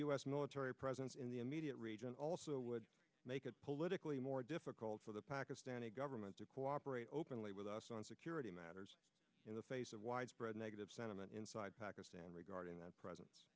us military presence in the immediate region also would make it politically more difficult for the pakistani government to cooperate openly with us on security matters in the face of widespread negative sentiment inside pakistan regarding the presen